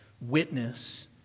witness